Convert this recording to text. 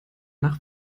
nach